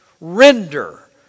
render